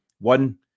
One